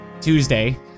tuesday